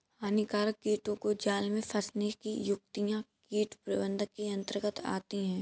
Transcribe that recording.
हानिकारक कीटों को जाल में फंसने की युक्तियां कीट प्रबंधन के अंतर्गत आती है